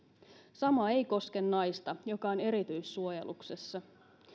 sama ei koske naista joka on erityissuojeluksessa